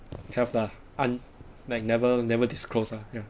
have lah un~ like never never disclose lah ya